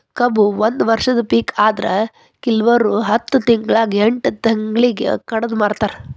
ಕಬ್ಬು ಒಂದ ವರ್ಷದ ಪಿಕ ಆದ್ರೆ ಕಿಲ್ವರು ಹತ್ತ ತಿಂಗ್ಳಾ ಎಂಟ್ ತಿಂಗ್ಳಿಗೆ ಕಡದ ಮಾರ್ತಾರ್